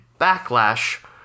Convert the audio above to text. backlash